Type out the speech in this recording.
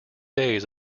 days